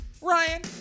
Ryan